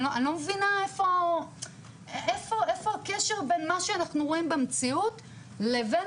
אני לא מבינה איפה הקשר בין מה שאנחנו רואים במציאות לבין